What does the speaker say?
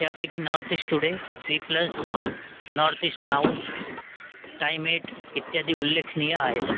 त्यापैकी North East Today Zee Plus North East नाव time एट इत्यादी उल्लेखनीय आहेत